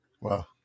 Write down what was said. Wow